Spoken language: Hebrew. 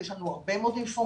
ויש לנו הרבה מאוד אינפורמציה,